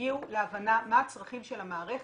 ויגיעו להבנה מה הצרכים של המערכת,